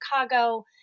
Chicago